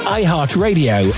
iHeartRadio